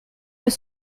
peut